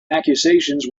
accusations